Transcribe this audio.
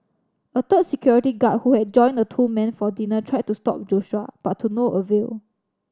a third security guard who had joined the two men for dinner tried to stop Joshua but to no avail